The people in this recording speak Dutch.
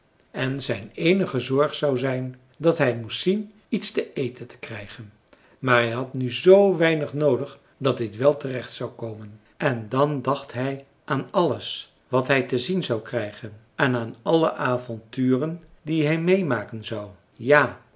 en zijn eenige zorg zou zijn dat hij moest zien iets te eten te krijgen maar hij had nu zoo weinig noodig dat dit wel terecht zou komen en dan dacht hij aan alles wat hij te zien zou krijgen en aan alle avonturen die hij meemaken zou ja